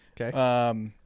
Okay